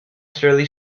surly